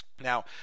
Now